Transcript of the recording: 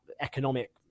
economic